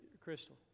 Crystal